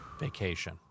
vacation